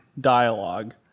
dialogue